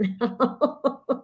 now